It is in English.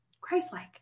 Christ-like